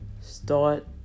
Start